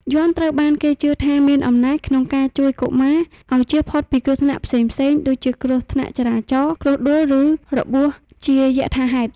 យ័ន្តត្រូវបានគេជឿថាមានអំណាចក្នុងការជួយកុមារឱ្យជៀសផុតពីគ្រោះថ្នាក់ផ្សេងៗ ដូចជាគ្រោះថ្នាក់ចរាចរណ៍ គ្រោះដួល ឬរបួសជាយថាហេតុ។